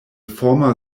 former